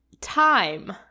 time